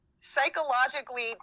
psychologically